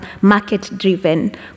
market-driven